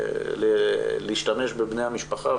להשתמש בבני משפחה.